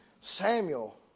Samuel